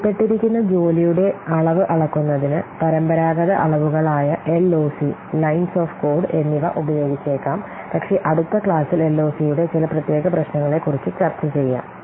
ഉൾപ്പെട്ടിരിക്കുന്ന ജോലിയുടെ അളവ് അളക്കുന്നതിന് പരമ്പരാഗത അളവുകളായ എൽഒസി ലൈൻസ് ഓഫ് കോഡ് എന്നിവ ഉപയോഗിച്ചേക്കാം പക്ഷേ അടുത്ത ക്ലാസിൽ എൽഒസിയുടെ ചില പ്രത്യേക പ്രശ്നങ്ങളെക്കുറിച്ച് ചർച്ച ചെയ്യാം